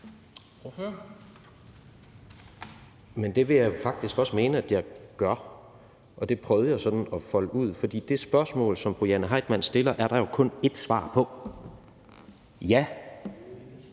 Men det vil jeg jo faktisk også mene at jeg gør, og det prøvede jeg sådan at folde ud, for det spørgsmål, som fru Jane Heitmann stiller, er der jo kun ét svar på: Ja. Så